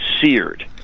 seared